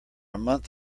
month